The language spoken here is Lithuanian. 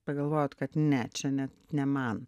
pagalvojot kad ne čia ne ne man